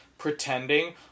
pretending